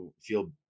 feel